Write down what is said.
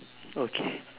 okay